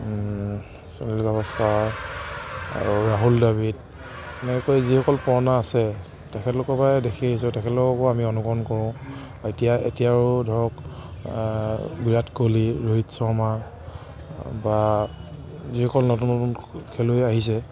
সুনীল গাভাস্কাৰ আৰু ৰাহুল দ্ৰাবিড় এনেকৈ যিসকল পুৰণা আছে তেখেতলোকৰ পৰাই দেখি আহিছোঁ তেখেতলোককো আমি অনুকৰণ কৰোঁ এতিয়া এতিয়াও ধৰক বিৰাট কোহলি ৰোহিত শৰ্মা বা যিসকল নতুন নতুন খেলুৱৈ আহিছে